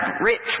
rich